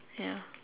ya